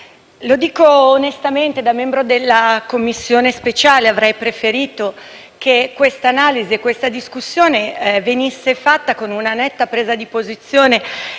colleghi, da membro della Commissione speciale, onestamente, avrei preferito che questa analisi e questa discussione venissero fatte con una netta presa di posizione